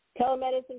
Telemedicine